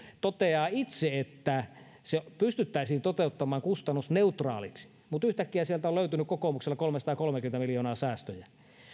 toteaa itse että se pystyttäisiin toteuttamaan kustannusneutraalisti mutta yhtäkkiä sieltä on löytynyt kokoomukselle kolmesataakolmekymmentä miljoonaa säästöjä